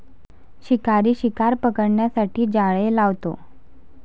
शिकारी शिकार पकडण्यासाठी जाळे लावतो